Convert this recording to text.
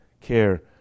care